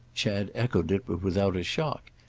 chad echoed it, but without a shock.